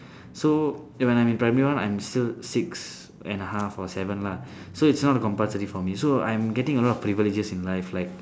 so when I'm in primary one I'm still six and a half or seven lah so it's not compulsory for me so I'm getting a lot of privileges in life like